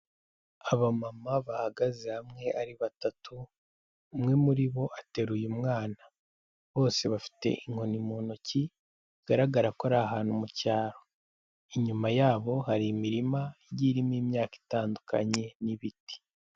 Abamama bahagaze hamwe ari batatu, umwe muri bo ateruye umwana, bose bafite inkoni mu ntoki, bigaragara ko ari ahantu mu cyaro, inyuma yabo hari imirima igiye irimo imyaka itandukanye n'ibiti.